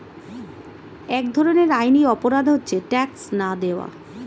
এক ধরনের আইনি অপরাধ হচ্ছে ট্যাক্স না দেওয়া